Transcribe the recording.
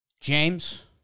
James